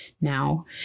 now